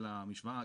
של המשוואה,